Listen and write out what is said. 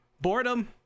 Boredom